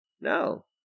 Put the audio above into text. No